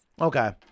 okay